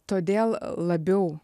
todėl labiau